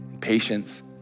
patience